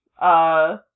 Uh-